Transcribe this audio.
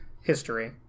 history